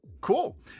Cool